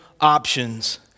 options